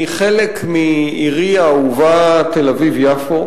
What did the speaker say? היא חלק מעירי האהובה תל-אביב יפו,